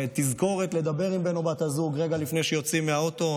תזכורת לדבר עם בן או בת הזוג רגע לפני שיוצאים מהאוטו.